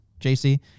JC